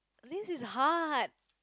this is hard